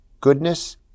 goodness